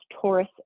Taurus